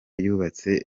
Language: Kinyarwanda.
yubatse